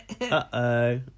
Uh-oh